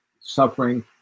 suffering